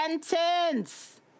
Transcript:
sentence